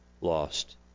lost